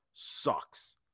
Sucks